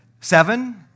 Seven